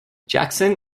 jackson